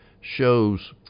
shows